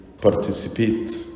participate